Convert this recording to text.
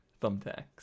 thumbtacks